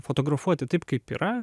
fotografuoti taip kaip yra